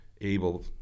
able